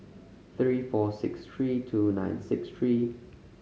three four six three two nine six three